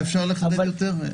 סליחה, מה אפשר לחדד יותר?